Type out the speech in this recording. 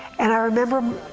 and i remember